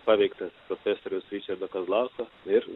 paveiktas profesoriaus ričardo kazlausko ir